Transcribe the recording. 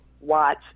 watch